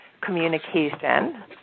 communication